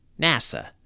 nasa